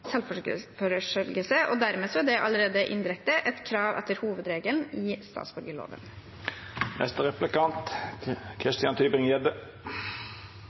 og dermed er det allerede indirekte et krav etter hovedregelen i